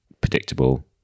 predictable